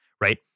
right